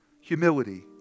humility